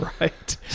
right